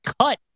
cut